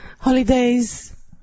holidays